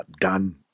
done